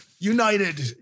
United